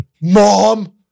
mom